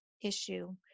issue